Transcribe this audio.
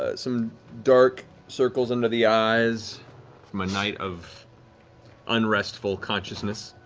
ah some dark circles under the eyes from a night of unrestful consciousness.